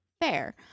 fair